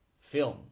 film